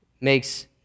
makes